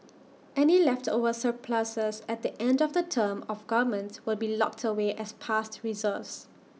any leftover surpluses at the end of the term of governments will be locked away as past reserves